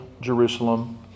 Jerusalem